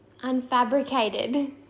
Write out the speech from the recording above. unfabricated